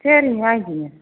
சரிங்க வாங்கிகோங்க